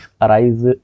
arise